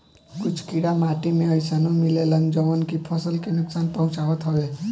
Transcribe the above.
कुछ कीड़ा माटी में अइसनो मिलेलन जवन की फसल के नुकसान पहुँचावत हवे